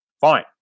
Fine